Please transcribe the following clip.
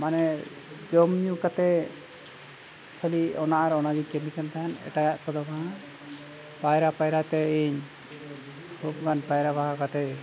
ᱢᱟᱱᱮ ᱡᱚᱢ ᱧᱩ ᱠᱟᱛᱮ ᱠᱷᱟᱹᱞᱤ ᱚᱱᱟ ᱟᱨ ᱚᱱᱟᱜᱮ ᱠᱟᱹᱢᱠᱟᱱ ᱛᱟᱦᱮᱱ ᱮᱴᱟᱜᱟᱜ ᱠᱚᱫᱚ ᱵᱟᱝᱼᱟ ᱯᱟᱭᱨᱟ ᱯᱟᱭᱨᱟᱛᱮ ᱤᱧ ᱠᱷᱩᱜᱟᱱ ᱯᱟᱭᱨᱟ ᱵᱷᱟᱜᱟᱣ ᱠᱟᱛᱮ